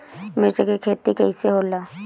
मिर्च के खेती कईसे होला?